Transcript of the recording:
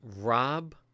rob